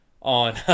on